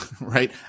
right